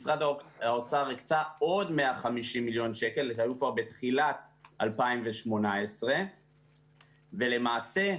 משרד האוצר הקצה עוד 150 מיליון שקלים שהיו כבר בתחילת 2018. ולמעשה,